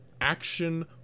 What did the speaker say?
action